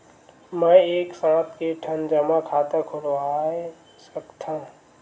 मैं एक साथ के ठन जमा खाता खुलवाय सकथव?